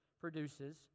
produces